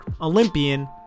Olympian